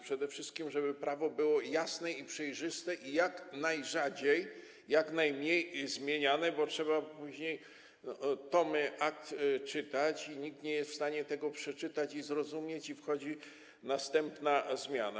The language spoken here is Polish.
Przede wszystkim na to, żeby prawo było jasne i przejrzyste, jak najrzadziej i jak najmniej zmieniane, bo trzeba później tomy akt czytać, a nikt nie jest w stanie tego przeczytać i zrozumieć, i wchodzi następna zmiana.